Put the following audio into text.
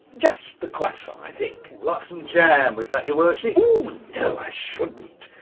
just the croissant, i think. like some jam with that, your worship? ooo no, i shouldn't.